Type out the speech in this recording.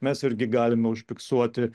mes irgi galime užfiksuoti